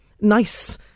nice